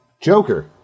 Joker